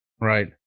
Right